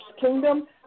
kingdom